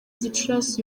gicurasi